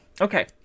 Okay